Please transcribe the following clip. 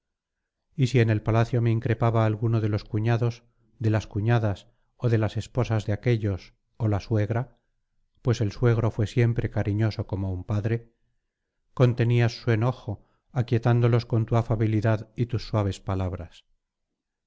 y si en el palacio me increpaba alguno de los cuñados de las cuñadas ó de las esposas de aquéllos ó la suegra pues el suegro fué siempre cariñoso como un padre contenías su enojo aquietándolos con tu afabilidad y tus suaves palabras